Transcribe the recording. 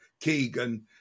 Keegan